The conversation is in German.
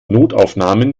notaufnahmen